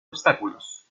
obstáculos